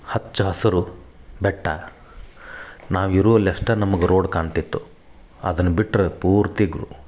ಹಚ್ಚ ಹಸಿರು ಬೆಟ್ಟ ನಾವು ಇರುವಲ್ಲಿ ಅಷ್ಟು ನಮ್ಗ ರೋಡ್ ಕಾಣ್ತಿತ್ತು ಅದನ್ನ ಬಿಟ್ರ ಪೂರ್ತಿ ಗ್ರ್